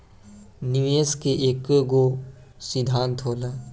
निवेश के एकेगो सिद्धान्त होला